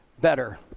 better